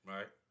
Right